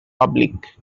public